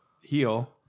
heal